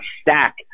stack